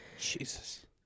Jesus